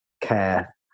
care